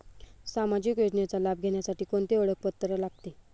सामाजिक योजनेचा लाभ घेण्यासाठी कोणते ओळखपत्र लागते?